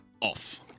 off